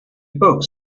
books